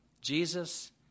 Jesus